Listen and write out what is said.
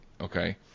okay